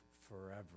forever